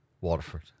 Waterford